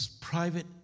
private